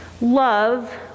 Love